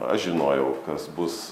aš žinojau kas bus